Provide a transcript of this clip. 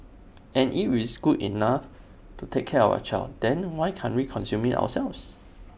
and if it's good enough to take care of our child then why can't we consume IT ourselves